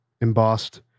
embossed